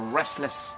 restless